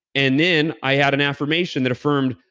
and then i had an affirmation that affirmed,